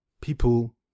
people